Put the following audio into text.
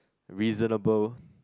reasonable